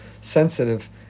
sensitive